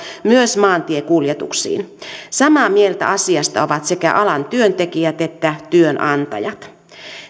myös maantiekuljetuksiin samaa mieltä asiasta ovat sekä alan työntekijät että työnantajat